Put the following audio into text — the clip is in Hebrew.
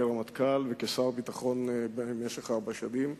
כרמטכ"ל וכשר ביטחון במשך ארבע שנים.